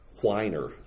whiner